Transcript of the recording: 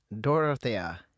Dorothea